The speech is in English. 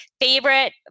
favorite